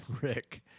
Rick